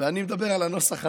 ואני מדבר על הנוסח הזה.